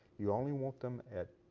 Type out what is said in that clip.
you only want them at,